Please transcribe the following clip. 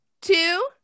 two